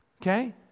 Okay